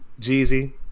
Jeezy